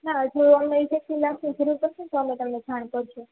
ના હજુ અમારે જેટલું લાગશે જરૂર પડશે તો અમે તમને જાણ કરીશું